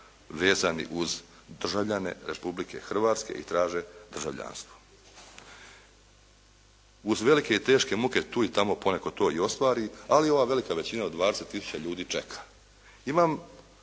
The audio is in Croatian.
vezani uz državljane Republike Hrvatske i traže državljanstvo. Uz velike i teške muke tu i tamo po neko to i ostvari, ali ova velika većina od 20 tisuća ljudi čeka. Imam